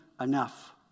enough